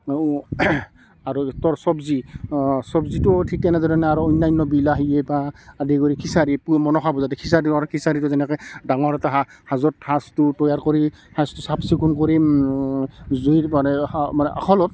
আৰু তোৰ চব্জি চব্জিটো ঠিক তেনেধৰণে আৰু অন্যান্য আৰু বিলাহীয়ে বা আদি কৰি খিচাৰি পূ মনসা পূজা খিচাৰিটো হয় খিচাৰিটো যেনেকৈ ডাঙৰ এটা সা সাঁজত সাঁজটো তৈয়াৰ কৰি সাঁজটো চাফ চিকুণ কৰি জুইৰ মানে মানে আখলত